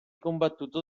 combattuto